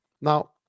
Now